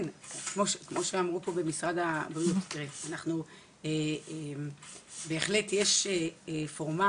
כן, כמו שאמרו פה במשרד הבריאות, בהחלט יש פורמט